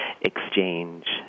exchange